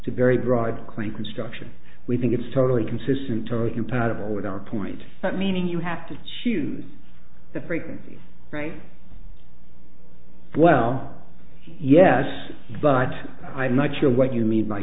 to very broad claim construction we think it's totally consistent tory compatible with our point that meaning you have to choose the frequencies right well yes but i'm not sure what you mean by